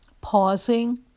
Pausing